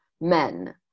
men